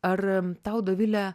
ar tau dovile